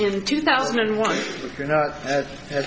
in two thousand and one that's